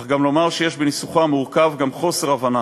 אך גם לומר שיש בניסוחם המורכב גם חוסר הבנה